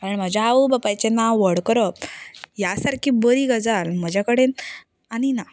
आनी म्हज्या आवय बापायचें नांव व्हड करप ह्या सारकी बरी गजाल म्हज्या कडेन आनी ना